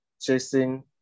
chasing